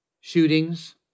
shootings